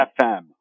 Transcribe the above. FM